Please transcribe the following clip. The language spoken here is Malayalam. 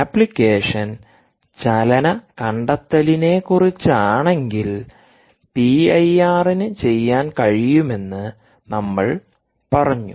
ആപ്ലിക്കേഷൻചലന കണ്ടെത്തലിനെക്കുറിച്ചാണെങ്കിൽ പിഐആർന് ചെയ്യാൻ കഴിയുമെന്ന് നമ്മൾ പറഞ്ഞു